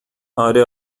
اره